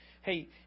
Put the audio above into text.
Hey